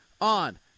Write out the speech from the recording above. On